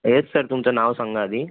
yes sir तुमचं नाव सांगा आधी